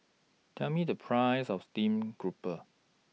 Tell Me The Price of Steamed Grouper